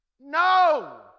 No